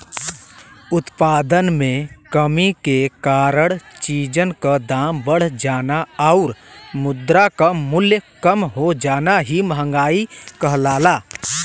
उत्पादन में कमी के कारण चीजन क दाम बढ़ जाना आउर मुद्रा क मूल्य कम हो जाना ही मंहगाई कहलाला